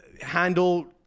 handle